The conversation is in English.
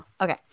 Okay